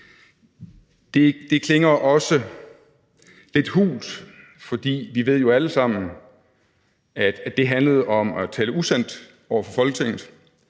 også klinger lidt hult, fordi vi jo alle sammen ved, at det handlede om at tale usandt over for Folketinget.